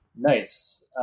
Nice